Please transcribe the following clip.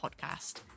podcast